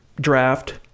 draft